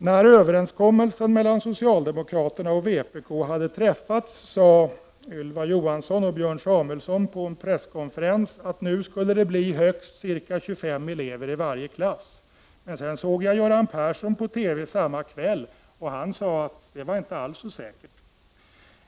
När överenskommelsen mellan socialdemokraterna och vpk hade träffats sade Ylva Johansson och Björn Samuelson på en presskonferens att det nu skulle bli högst ca 25 elever i varje klass. Men Göran Persson sade på TV samma kväll att det inte alls var så säkert.